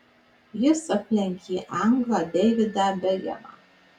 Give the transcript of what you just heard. jis aplenkė anglą deividą bekhemą